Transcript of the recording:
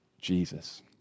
Jesus